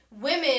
Women